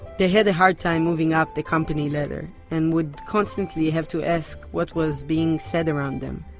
they had a hard time moving up the company ladder, and would constantly have to ask what was being said around them.